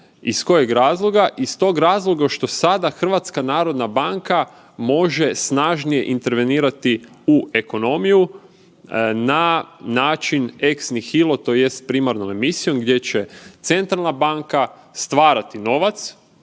Iz tog razloga što sada HNB može snažnije intervenirati u ekonomiju na način ex nihilo, tj. primarnom emisijom gdje će centralna banka stvarati novac